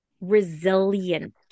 resilient